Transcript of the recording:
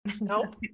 Nope